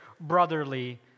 brotherly